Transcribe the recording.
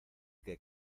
que